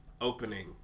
opening